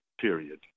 Period